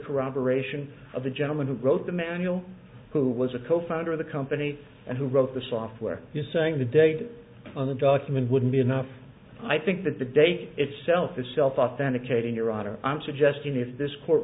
corroboration of the gentleman who wrote the manual who was a co founder of the company and who wrote the software you saying the date on the document wouldn't be enough i think that the date itself is self authenticating your honor i'm suggesting if this court